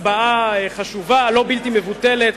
הצבעה חשובה, לא בלתי מבוטלת.